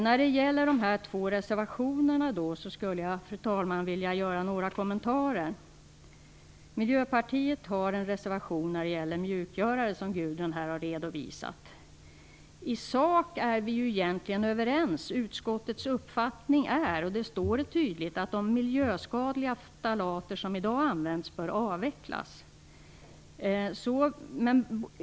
När det gäller de två reservationerna skulle jag, fru talman, vilja göra några kommentarer. Miljöpartiet har en reservation vad gäller mjukgörare som Gudrun har redovisat. I sak är vi egentligen överens. Utskottets uppfattning är, och det står tydligt, att de miljöskadliga ftalater som i dag används bör avvecklas.